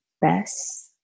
best